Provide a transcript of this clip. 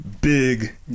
big